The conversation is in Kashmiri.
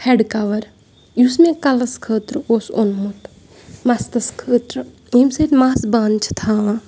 ہٮ۪ڈ کَوَر یُس مےٚ کَلَس خٲطرٕ اوس اوٚنمُت مَستَس خٲطرٕ ییٚمہِ سۭتۍ مَس بَنٛد چھِ تھاوان